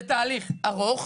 זה תהליך ארוך,